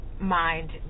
mind